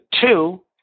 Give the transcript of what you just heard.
two